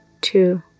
two